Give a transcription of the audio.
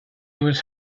was